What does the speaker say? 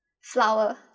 flower